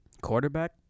Quarterback